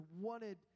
wanted